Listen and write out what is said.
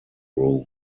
room